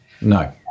No